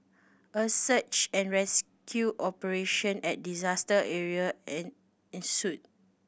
a search and rescue operation at disaster area an ensued